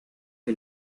que